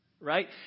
Right